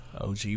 OG